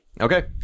Okay